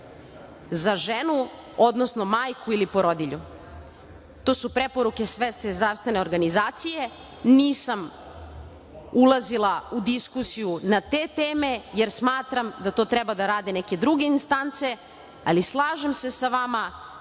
za ženu, odnosno majku ili porodilju. To su preporuke Svetske zdravstvene organizacije. Nisam ulazila u diskusiju na te teme, jer smatram da to treba da rade neke druge instance, ali slažem se sa vama